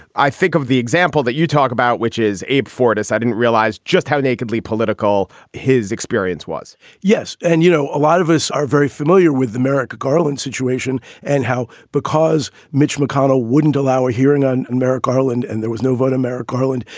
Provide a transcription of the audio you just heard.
i think of the example that you talk about, which is abe fortas. i didn't realize just how nakedly political his experience was yes. and, you know, a lot of us are very familiar with the merrick garland situation and how because mitch mcconnell wouldn't allow a hearing on and merrick garland and there was no vote, merrick garland,